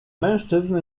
mężczyzn